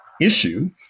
issue